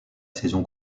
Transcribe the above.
saison